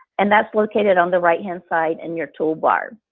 and that's located on the right-hand side in your tool bar.